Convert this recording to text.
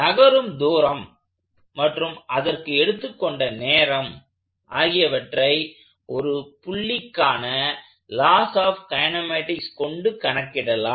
நகரும் தூரம் மற்றும் அதற்கு எடுத்துக்கொண்ட நேரம் ஆகியவற்றை ஒரு புள்ளிக்கான லாஸ் ஆப் கைனெமேட்டிக்ஸ் கொண்டு கணக்கிடலாம்